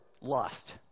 lost